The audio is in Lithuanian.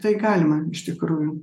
tai galima iš tikrųjų